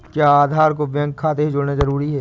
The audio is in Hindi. क्या आधार को बैंक खाते से जोड़ना जरूरी है?